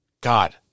God